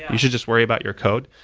you should just worry about your code.